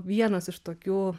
vienas iš tokių